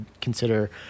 consider